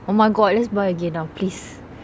oh my god let's buy again ah please